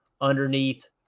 underneath